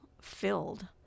filled